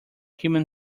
human